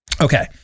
Okay